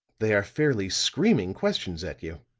they are fairly screaming questions at you.